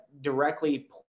directly